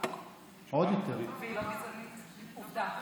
בוודאי ובוודאי